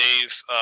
Dave